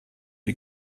die